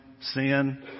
sin